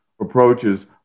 approaches